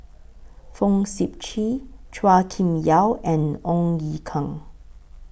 Fong Sip Chee Chua Kim Yeow and Ong Ye Kung